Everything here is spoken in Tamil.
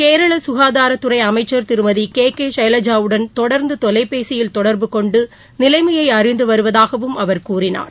கேரள சுகாதாரத்துறை அமைச்சர் திருமதி கே கே சைலஜாவுடன் தொடர்ந்து தொலைபேசியில் தொடர்பு கொண்டு நிலைமையை அறிந்து வருவதாகவும் அவர் கூறினார்